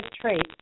traits